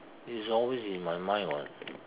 is always in my mind [what]